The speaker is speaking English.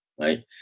right